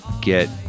get